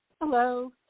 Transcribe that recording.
Hello